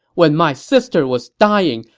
when my sister was dying,